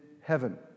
heaven